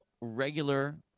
regular